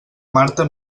marta